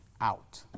out